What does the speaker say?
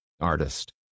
artist